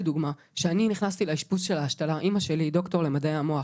לדוגמה: אמא שלי היא דוקטור למדעי המוח